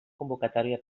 convocatòria